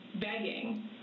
begging